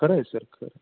खरं आहे सर खरं